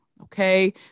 Okay